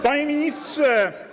Panie Ministrze!